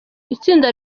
itsinda